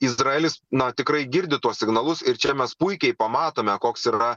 izraelis na tikrai girdi tuos signalus ir čia mes puikiai pamatome koks yra